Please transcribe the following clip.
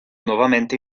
nuovamente